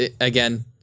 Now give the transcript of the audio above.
again